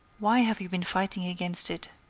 why have you been fighting against it?